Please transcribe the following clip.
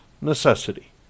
necessity